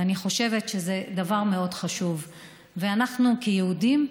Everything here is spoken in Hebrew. ואני חושבת שזה דבר מאוד חשוב לנו כיהודים.